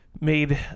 made